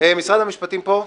משרד המשפטים פה.